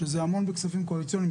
שזה המון בכספים קואליציוניים,